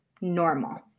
normal